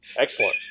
excellent